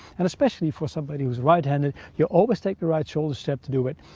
and especially for somebody who's right-handed, you'll always take the right shoulder strap to do it.